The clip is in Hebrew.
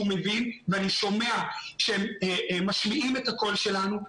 מבין ואני שומע שמשמיעים את הקול שלנו.